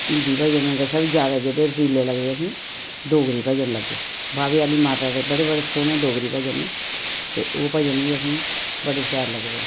ते हिंदी भजना कशा बी ज्यादा जेह्ड़े रसीले लगदे असेंगी डोगरी भजन लगदे बावे आह्ली माता दे बड़े बड़े सौह्ने डोगरी भजन न ते ओह् भजन बी असेंगी बड़े शैल लगदे न ते